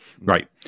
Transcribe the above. right